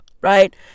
Right